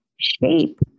shape